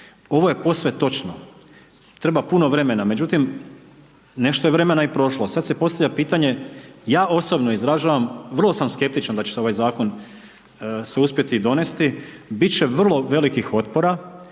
Ovo je posve točno, treba puno vremena, međutim, nešto je vremena i prošlo. A sada se postavlja pitanje, ja osobno izražavam, vrlo sam skeptičan da će se ovaj zakon se uspjeti donijeti, biti će vrlo velikih otpora